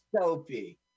soapy